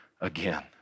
again